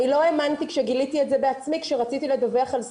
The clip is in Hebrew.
אני לא האמנתי כשגיליתי את זה בעצמי כשרציתי לדווח על סרטון.